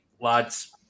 lads